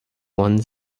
ones